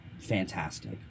fantastic